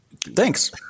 Thanks